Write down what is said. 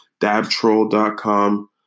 dabtroll.com